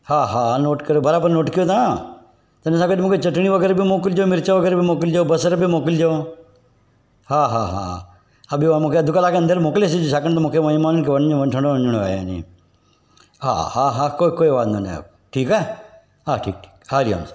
हा हा हा नोट करियो बराबरु नोट कयो तव्हां त हिन सां गॾु मूंखे चटिणी वग़ैरह बि मोकिलिजो मिर्चु वग़ैरह बि मोकिलिजो बसर बि मोकिलिजो हा हा हा हा हा ॿियो हा मूंखे अधु कलाक जे अंदरि मोकिले छॾिजो छाकाणि त मूंखे महिमान खे वञिणो वठणु वञिणो आहे नी हा हा कोई कोई वांदो नाहे ठीकु आहे हा ठीकु ठीकु हां जी हा सर